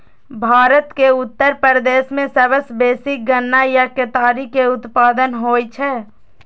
भारत के उत्तर प्रदेश मे सबसं बेसी गन्ना या केतारी के उत्पादन होइ छै